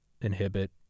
inhibit